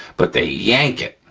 but they yank it.